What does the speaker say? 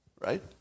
right